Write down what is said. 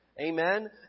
Amen